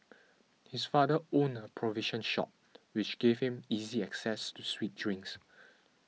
his father owned a provision shop which gave him easy access to sweet drinks